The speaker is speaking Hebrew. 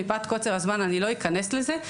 מפאת קוצר הזמן אני לא אכנס לזה,